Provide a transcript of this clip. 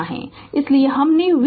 इसलिए हमने V100 volt लिखा है